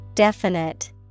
Definite